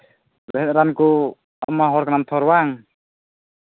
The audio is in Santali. ᱟᱢ ᱢᱟ ᱦᱚᱲ ᱠᱟᱱᱟᱢ ᱛᱷᱚᱨ ᱵᱟᱝ